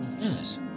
Yes